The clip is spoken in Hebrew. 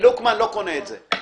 לוקמן, לא קונה את זה.